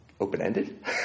open-ended